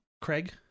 craig